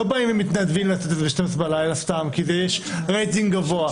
לא באים ומתנדבים לעשות את זה סתם ב-12 בלילה כי יש רייטינג גבוה.